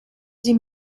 sie